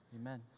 Amen